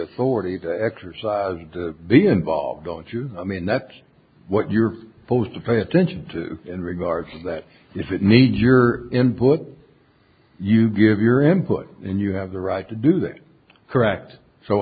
authority to exercise and be involved going through i mean that's what you're supposed to pay attention to in regards to that if it meets your input you give your input and you have the right to do that correct so